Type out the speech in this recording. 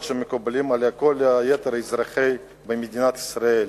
שמקובלים על כל יתר אזרחי מדינת ישראל.